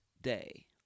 day